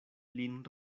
lin